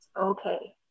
okay